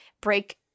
break